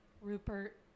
Rupert